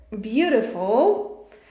beautiful